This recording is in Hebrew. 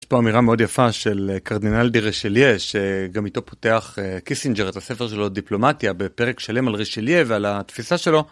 יש פה אמירה מאוד יפה של קרדינל דה רישלייה שגם איתו פותח קיסינג'ר את הספר שלו דיפלומטיה בפרק שלם על רישלייה ועל התפישה שלו.